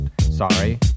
Sorry